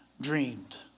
dreamed